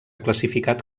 classificat